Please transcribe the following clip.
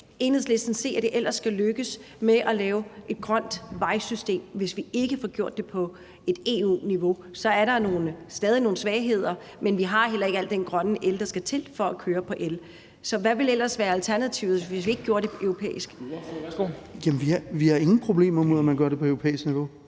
Enhedslisten, at det ellers skal lykkes at lave et grønt vejsystem, hvis vi ikke får gjort det på et EU-niveau? Så er der stadig nogle svagheder, men vi har heller ikke al den grønne el, der skal til, for at køre på el. Så hvad ville ellers være alternativet, hvis vi ikke gjorde det europæisk? Kl. 11:35 Formanden (Henrik Dam